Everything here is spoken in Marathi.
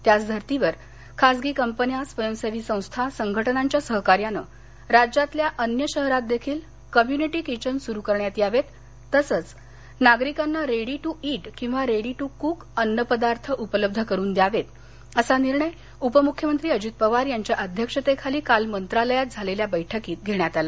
त्याच धर्तीवर खाजगी कंपन्या स्वयंसेवी संस्था संघटनांच्या सहकार्यानं राज्यातल्या अन्य शहरात देखील कम्युनिटी किचन सुरु करण्यात यावेत तसंच नागरिकांना रेडी ट्र इट किंवा रेडी ट्र कूक अन्नपदार्थ उपलब्ध करुन द्यावेत असा निर्णय उपमुख्यमंत्री अजित पवार यांच्या अध्यक्षतेखाली काल मंत्रालयात झालेल्या बैठकीत घेण्यात आला